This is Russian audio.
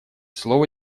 слово